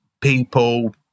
people